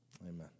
Amen